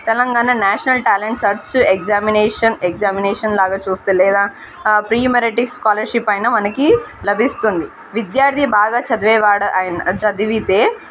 Telangana national talent search examination examination లాగా చూస్తే లేదా ప్రీ మెరిటీ స్కాలర్షిప్ అయినా మనకి లభిస్తుంది విద్యార్థి బాగా చదివేవాడు అయిన చదివితే